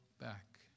back